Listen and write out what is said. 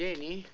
yeah me!